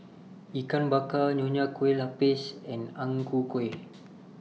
Ikan Bakar Nonya Kueh Lapis and Ang Ku Kueh